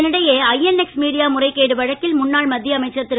இதனிடையே INX media முறைகேடு வழக்கில் முன்னாள் மத்திய அமைச்சர் திரு